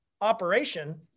operation